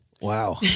Wow